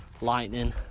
lightning